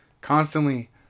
constantly